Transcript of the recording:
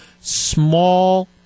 small